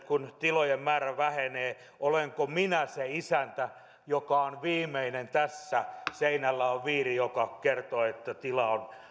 kun tilojen määrä vähenee olenko minä se isäntä joka on viimeinen tässä ja seinällä on viiri joka kertoo että tila on